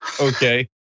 okay